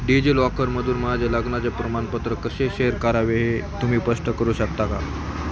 डिजिलॉकरमधून माझे लग्नाचे प्रमाणपत्र कसे शेअर करावे हे तुम्ही स्पष्ट करू शकता का